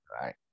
right